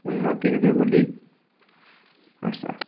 ଉନ୍ନତି ହେବେ ବୋଲି ଆଶା